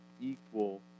equal